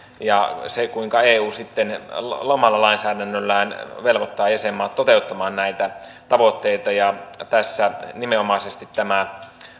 ja se kuinka eu sitten omalla lainsäädännöllään velvoittaa jäsenmaat toteuttamaan näitä tavoitteita ja tässä nimenomaisesti tämä